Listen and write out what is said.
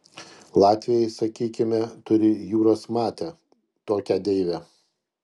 latviai sakykime turi jūras mate tokią deivę